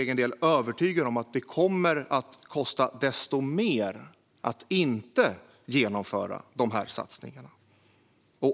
Men jag är övertygad om att det kommer att kosta desto mer att inte genomföra dessa satsningar.